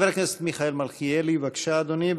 חבר הכנסת מיכאל מלכיאלי, בבקשה, אדוני.